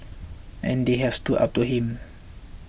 and they have stood up to him